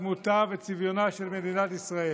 הקרב הזה הוא קרב על דמותה וצביונה של מדינת ישראל.